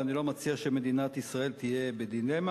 ואני לא מציע שמדינת ישראל תהיה בדילמה,